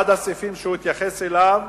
אחד הסעיפים שהוא התייחס אליו